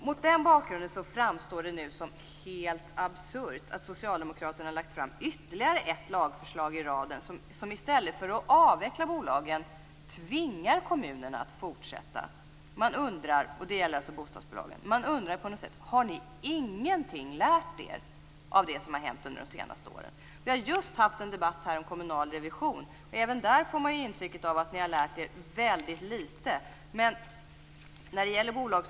Mot den bakgrunden framstår det nu som helt absurt att socialdemokraterna har lagt fram ytterligare ett lagförslag i raden av förslag - i stället för att avveckla bolagen tvingas kommunerna att fortsätta. Det gäller då bostadsbolagen. Har ni ingenting lärt av det som hänt under de senaste åren? Vi har ju just haft en debatt här om kommunal revision. Även där får man intrycket att ni har lärt väldigt lite.